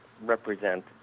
represent